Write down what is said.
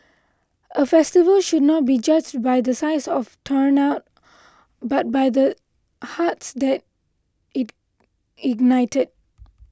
a festival should not be judged by the size of turnout but by the hearts that it ignited